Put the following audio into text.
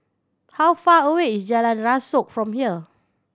how far away is Jalan Rasok from here